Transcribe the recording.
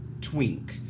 twink